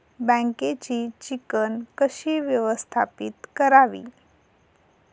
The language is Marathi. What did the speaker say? बँकेची चिकण कशी व्यवस्थापित करावी?